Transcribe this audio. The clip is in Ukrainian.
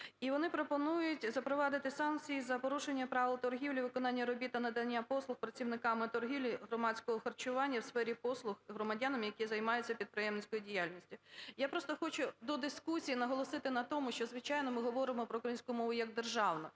І вони пропонують запровадити санкції за порушення правил торгівлі, виконання робіт та надання послуг працівниками торгівлі, громадського харчування у сфері послуг громадянам, які займаються підприємницькою діяльністю. Я просто хочу до дискусії наголосити на тому, що звичайно ми говоримо про українську мову як державну,